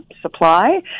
supply